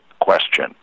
question